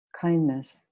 kindness